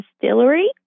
Distillery